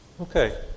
Okay